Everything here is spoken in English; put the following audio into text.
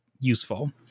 useful